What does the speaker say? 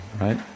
right